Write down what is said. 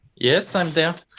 yes, i'm there.